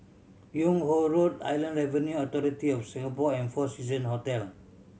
Yung Ho Road Inland Avenue Authority of Singapore and Four Season Hotel